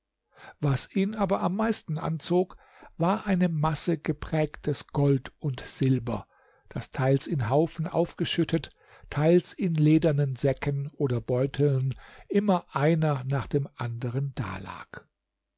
was ihn aber am meisten anzog war eine masse geprägtes gold und silber das teils in haufen aufgeschüttet teils in ledernen säcken oder beuteln immer einer nach dem anderen dalag